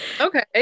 okay